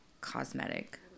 cosmetic